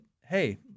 hey